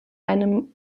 einem